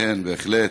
כן, בהחלט.